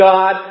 God